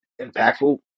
impactful